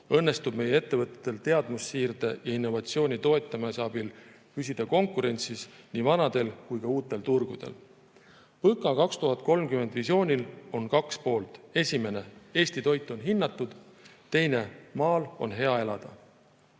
õnnestub meie ettevõtetel teadmussiirde ja innovatsiooni toetamise abil püsida konkurentsis nii vanadel kui ka uutel turgudel."PõKa 2030" visioonil on kaks poolt. Esimene: Eesti toit on hinnatud. Teine: maal on hea elada.